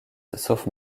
sauf